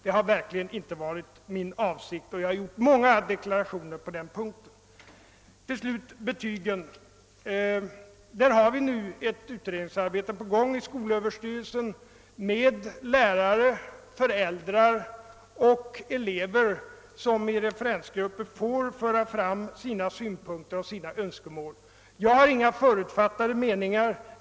Det har aldrig varit min avsikt, och det har jag också deklarerat många gånger. Vad slutligen betygen angår har vi nu ett utredningsarbete på gång i skolöverstyrelsen, där lärare, föräldrar och elever i referensgrupper får föra fram sina synpunkter och önskemål. Jag har inga förutfattade meningar där.